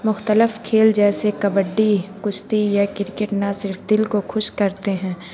مختلف کھیل جیسے کبڈی کشتی یا کرکٹ نہ صرف دل کو خوش کرتے ہیں